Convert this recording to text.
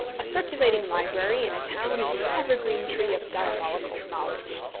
a circulating library in a town is an evergreen tree of diabolical knowledge.